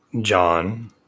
John